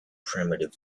primitive